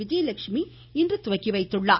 விஜயலட்சுமி இன்று துவக்கி வைத்தார்